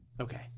Okay